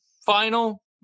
final